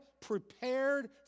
prepared